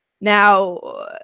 Now